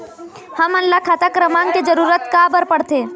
हमन ला खाता क्रमांक के जरूरत का बर पड़थे?